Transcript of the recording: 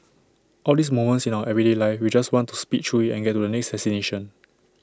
all these moments in our everyday life we just want to speed through IT and get to the next destination